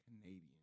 Canadian